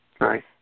Right